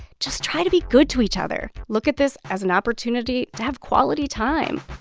just try to be good to each other. look at this as an opportunity to have quality time